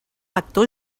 lector